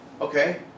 okay